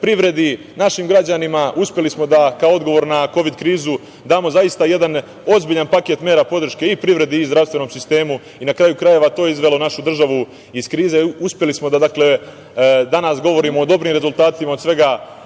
privredi, našim građanima. Uspeli smo da kao odgovor na kovid krizu damo zaista jedan ozbiljan paket mera podrške i privredi i zdravstvenom sistemu. Na kraju krajeva, to je izvelo našu državu iz krize. Uspeli smo da danas govorimo o dobrim rezultatima, od svega